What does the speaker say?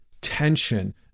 tension